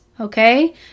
okay